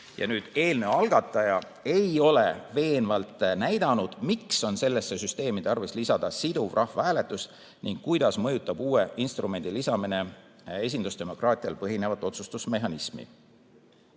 Eelnõu algataja ei ole veenvalt näidanud, miks on sellesse süsteemi tarvis lisada siduv rahvahääletus ning kuidas mõjutab uue instrumendi lisamine esindusdemokraatial põhinevat otsustusmehhanismi."Teine